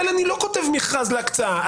אבל אני לא כותב מכרז להקצאה.